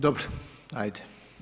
Dobro, ajde.